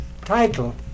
title